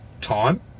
time